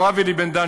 הרב אלי בן-דהן,